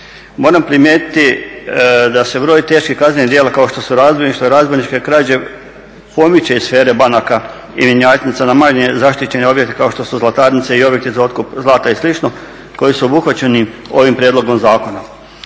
Moram primijetiti da se broj teških kaznenih djela kao što su razbojništva i razbojničke krađe pomiče iz sfere banaka i mjenjačnica na manje zaštićene objekte kao što su zlatarnice i objekti za otkup zlata i sl. koji su obuhvaćeni ovim prijedlogom zakon.